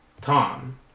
Tom